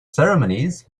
ceremonies